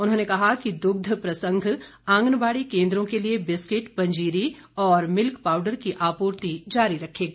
उन्होंने कहा कि दुग्ध प्रसंग आंगनबाड़ी केंद्रों के लिए बिस्किट पंजीरी और मिल्क पाउडर की आपूर्ति जारी रखेगा